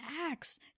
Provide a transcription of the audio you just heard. acts